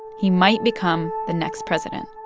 he might become the next president